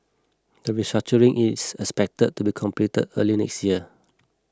the restructuring is expected to be completed early next year